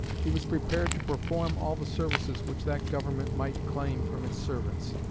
he was prepared to perform all the services which that government might claim from its servants.